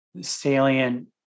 salient